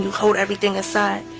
hold everything aside,